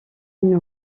une